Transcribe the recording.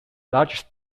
largest